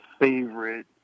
favorite